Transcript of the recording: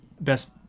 Best